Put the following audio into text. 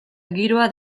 giroa